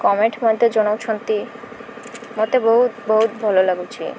comment ମଧ୍ୟ ଜଣଉଛନ୍ତି ମୋତେ ବହୁତ ବହୁତ ଭଲ ଲାଗୁଛି